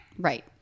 Right